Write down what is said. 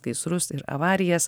gaisrus ir avarijas